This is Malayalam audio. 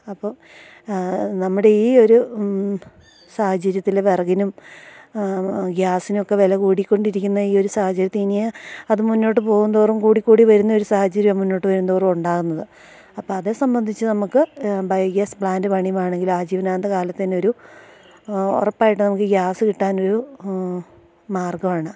അപ്പോൾ നമ്മുടെ ഈയൊരു സാഹചര്യത്തിൽ വിറകിനും ഗ്യാസിനൊക്കെ വില കൂടിക്കൊണ്ടിരിക്കിന്നയീയൊരു സാഹചര്യത്തിനിയാ അത് മുന്നോട്ട് പോകും തോറും കൂടി കൂടി വരുന്നൊരു സാഹചര്യം മുന്നോട്ട് വരും തോറും ഒണ്ടാക്ന്നത് അപ്പതേ സംബന്ധിച്ച് നമുക്ക് ബയോഗ്യാസ് പ്ലാൻറ്റ് പണിമാണെങ്കിൽ ആജീവനാന്ത കാലത്തെന്നൊരു ഉറപ്പായിട്ട് നമുക്ക് ഗ്യാസ് കിട്ടാനൊരു മാർഗ്ഗവാണ്